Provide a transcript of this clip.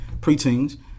preteens